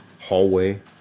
hallway